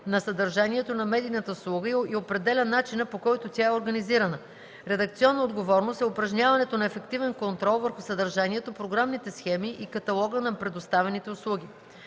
на съдържанието на медийната услуга и определя начина, по който тя е организирана. Редакционна отговорност е упражняването на ефективен контрол върху съдържанието, програмните схеми и каталога на предоставяните услуги.